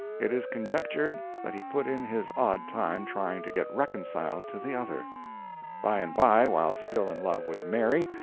it is conjectured that he put in his odd time trying to get reconciled to the other by-and-by, while still in love with mary,